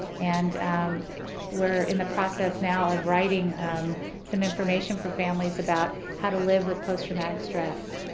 and umm, we're in the process now of writing some information for families about how to live with post traumatic stress.